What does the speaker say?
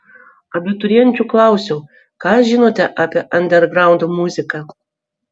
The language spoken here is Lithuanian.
abiturienčių klausiau ką žinote apie andergraund muziką